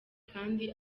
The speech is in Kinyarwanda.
kandi